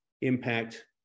impact